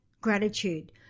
gratitude